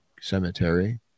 Cemetery